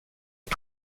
est